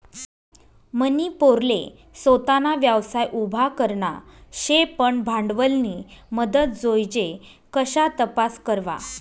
मनी पोरले सोताना व्यवसाय उभा करना शे पन भांडवलनी मदत जोइजे कशा तपास करवा?